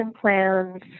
plans